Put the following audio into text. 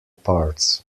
parts